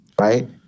right